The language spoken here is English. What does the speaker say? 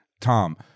Tom